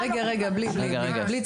רגע, רגע בלי צעקות.